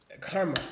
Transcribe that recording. Karma